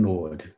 Lord